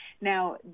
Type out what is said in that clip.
Now